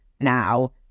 now